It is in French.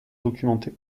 documentée